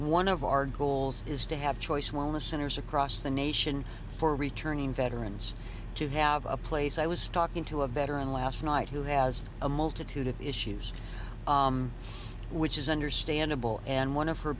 one of our goals is to have choice wellness centers across the nation for returning veterans to have a place i was talking to a better on last night who has a multitude of issues which is understandable and one of her